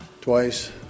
twice